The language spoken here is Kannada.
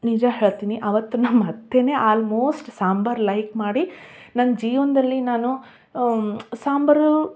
ನಿಜ ಹೇಳ್ತೀನಿ ಆವತ್ತು ನಮ್ಮ ಅತ್ತೆಯೇ ಆಲ್ಮೋಸ್ಟ್ ಸಾಂಬಾರು ಲೈಕ್ ಮಾಡಿ ನನ್ನ ಜೀವನದಲ್ಲಿ ನಾನು ಸಾಂಬಾರು